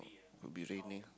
will be raining